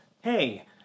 hey